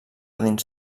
dins